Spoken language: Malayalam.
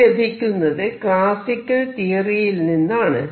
ഇത് ലഭിക്കുന്നത് ക്ലാസിയ്ക്കൽ തിയറിയിൽ നിന്നാണ്